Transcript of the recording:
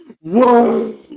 Whoa